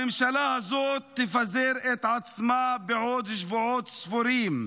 הממשלה הזאת תפזר את עצמה בעוד שבועות ספורים,